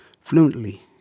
fluently